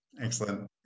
Excellent